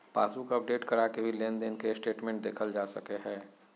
passbook update करा के भी लेनदेन के स्टेटमेंट देखल जा सकय हय